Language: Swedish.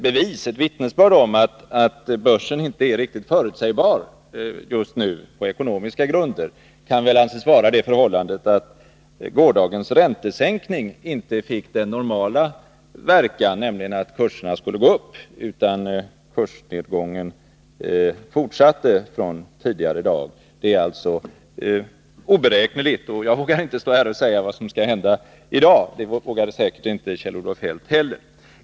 Ett vittnesbörd om att börsen inte är riktigt förutsebar just nu på ekonomiska grunder kan väl anses vara det förhållandet att gårdagens räntesänkning inte fick den normala verkan, nämligen att kurserna skulle gå upp, utan kursnedgången från tidigare dag fortsatte. Det är alltså oberäkneligt, och jag vågar inte stå här och säga vad som kan hända i dag — det vågar säkert inte Kjell-Olof Feldt heller.